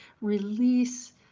release